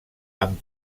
amb